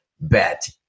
bet